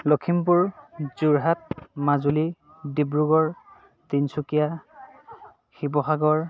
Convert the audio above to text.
Lakhimpur Jorhat Majuli Dibrugarh Tinsukia Sivasagar